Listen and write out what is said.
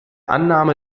annahme